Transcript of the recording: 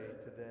today